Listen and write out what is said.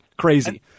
crazy